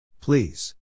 Please